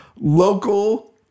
Local